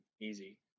easy